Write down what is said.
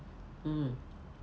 mm